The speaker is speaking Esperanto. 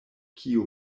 kiu